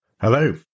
Hello